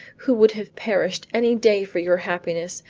who would have perished any day for your happiness,